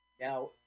Now